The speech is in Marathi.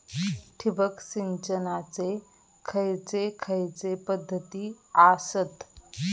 ठिबक सिंचनाचे खैयचे खैयचे पध्दती आसत?